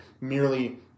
merely